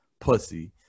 pussy